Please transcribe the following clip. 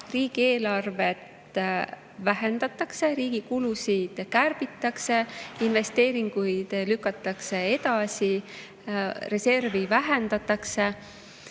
riigieelarvet vähendatakse, riigi kulusid kärbitakse, investeeringuid lükatakse edasi, reservi vähendatakse.